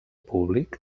públic